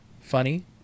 funny